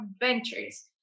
adventures